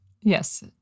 Yes